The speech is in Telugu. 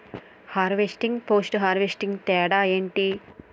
హార్వెస్టింగ్, పోస్ట్ హార్వెస్టింగ్ తేడా ఏంటి?